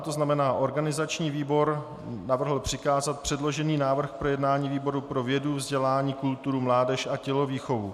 To znamená, organizační výbor navrhl přikázat předložený návrh k projednání výboru pro vědu, vzdělání, kulturu, mládež a tělovýchovu.